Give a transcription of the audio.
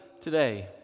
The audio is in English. today